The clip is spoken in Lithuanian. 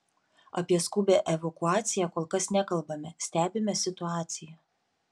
apie skubią evakuaciją kol kas nekalbame stebime situaciją